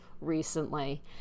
recently